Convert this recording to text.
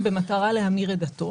אתה מכיר את העובדות האלו?